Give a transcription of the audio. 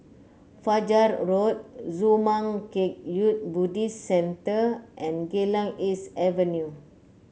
Fajar Road Zurmang Kagyud Buddhist Centre and Geylang East Avenue